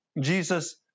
Jesus